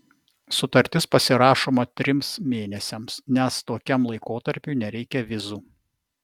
sutartis pasirašoma trims mėnesiams nes tokiam laikotarpiui nereikia vizų